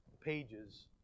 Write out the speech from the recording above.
pages